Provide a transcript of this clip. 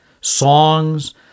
songs